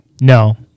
No